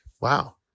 wow